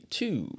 two